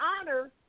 honor